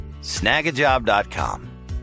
Snagajob.com